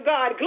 God